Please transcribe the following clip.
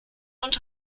und